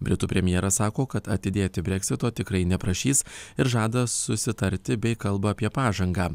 britų premjeras sako kad atidėti breksito tikrai neprašys ir žada susitarti bei kalba apie pažangą